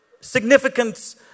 significance